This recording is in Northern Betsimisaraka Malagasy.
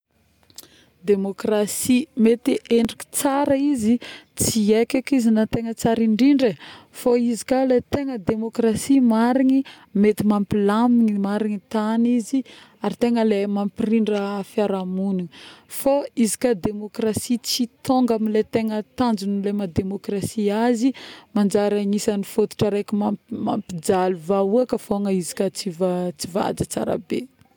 Demokrasy, mety endrika tsara izy, tsy haiky eky izy raha tsara indrindra e, fô izy ka le tegna demokrasy marigny mety mampilamigny marigny ny tagny izy ary tegna le mampirindra ny fiarahamonigny ,fô izy ka demokrasy tsy tonga amile tegna tanjogny le maha demokrasy azy manjary agnisagny fôtotra raiky mampy, mampijaly vahôka fôgna izy ka tsy vahatra tsara be